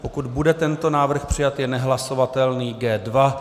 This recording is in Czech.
Pokud bude tento návrh přijat, je nehlasovatelný G2.